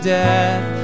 death